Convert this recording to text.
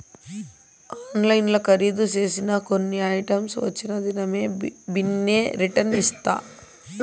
ఆన్లైన్ల కరీదు సేసిన కొన్ని ఐటమ్స్ వచ్చిన దినామే బిన్నే రిటర్న్ చేస్తా